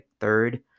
third